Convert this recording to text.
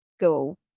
Go